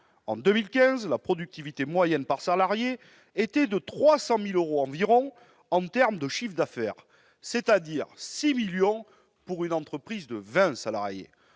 En 2015, la productivité moyenne par salarié était de 300 000 euros environ en termes de chiffre d'affaires, c'est-à-dire 6 millions d'euros pour une entreprise de vingt salariés.